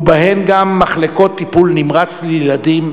ובהן גם מחלקות טיפול נמרץ לילדים,